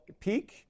peak